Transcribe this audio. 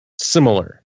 similar